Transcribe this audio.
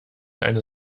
eine